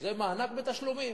זה מענק בתשלומים.